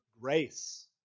grace